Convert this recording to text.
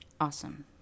Awesome